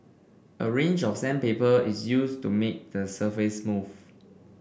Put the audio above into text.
a range of sandpaper is used to make the surface smooth